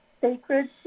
sacred